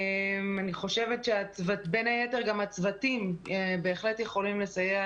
אני חושבת שבין היתר גם הצוותים בהחלט יכולים לסייע